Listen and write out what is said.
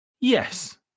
Yes